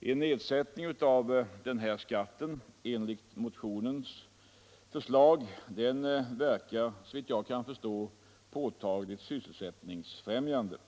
En nedsättning av denna skatt enligt motionens förslag verkar, såvitt jag kan förstå, påtagligt sysselsättningsfrämjande.